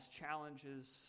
challenges